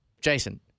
Jason